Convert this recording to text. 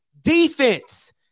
defense